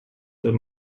sind